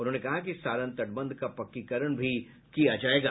उन्होंने कहा कि सारण तटबंध का पक्कीकरण भी किया जाएगा